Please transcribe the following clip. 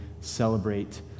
celebrate